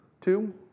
two